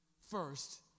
first